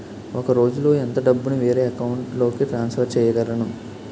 ఒక రోజులో ఎంత డబ్బుని వేరే అకౌంట్ లోకి ట్రాన్సఫర్ చేయగలను?